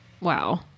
Wow